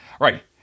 Right